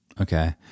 Okay